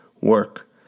work